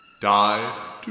Die